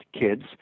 kids